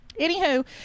Anywho